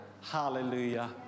hallelujah